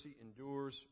endures